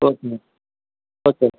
okay okay